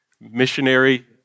missionary